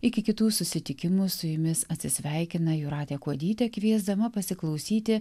iki kitų susitikimų su jumis atsisveikina jūratė kuodytė kviesdama pasiklausyti